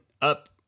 up